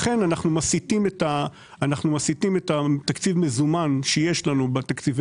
לכן אנחנו מסיטים את תקציב המזומן שיש לנו בתקציבי